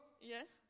Yes